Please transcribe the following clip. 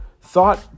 thought